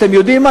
אתם יודעים מה,